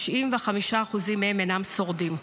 95% מהם אינם שורדים.